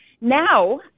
Now